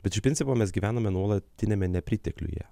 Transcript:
bet iš principo mes gyvenome nuolatiniame nepritekliuje